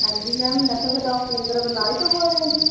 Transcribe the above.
ਹਾਂਜੀ ਮੈਮ ਨਸ਼ਾ ਛੁਡਾਓ ਕੇਂਦਰ ਬਰਨਾਲੇ ਤੋਂ ਬੋਲ ਰਹੇ ਹੋ ਜੀ